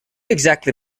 exactly